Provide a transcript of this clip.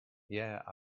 yeah